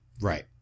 Right